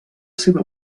seva